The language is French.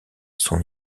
son